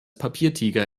papiertiger